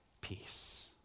peace